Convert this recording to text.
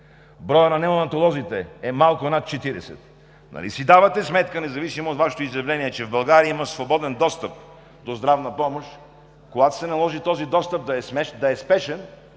броят на неонатолозите е малко над 40. Нали си давате сметка, независимо от Вашето изявление, че в България има свободен достъп до здравна помощ, но когато се наложи този достъп да е спешен,